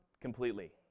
completely